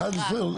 11?